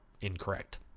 incorrect